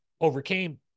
overcame